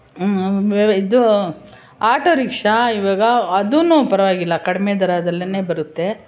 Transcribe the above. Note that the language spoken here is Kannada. ಇದು ಆಟೋ ರಿಕ್ಷಾ ಈವಾಗ ಅದನ್ನು ಪರವಾಗಿಲ್ಲ ಕಡಿಮೆ ದರದಲ್ಲಿಯೇ ಬರುತ್ತೆ